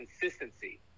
consistency